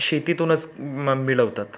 शेतीतूनच म मिळवतात